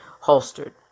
holstered